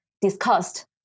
discussed